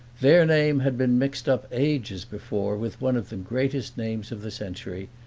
their name had been mixed up ages before with one of the greatest names of the century,